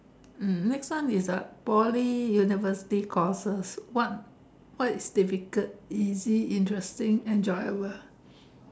mm next one is uh Poly university courses what what is difficult easy interesting enjoyable